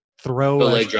throw